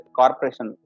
corporation